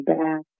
back